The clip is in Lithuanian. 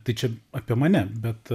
tai čia apie mane bet